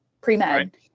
pre-med